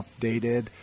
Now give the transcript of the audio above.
updated